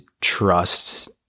trust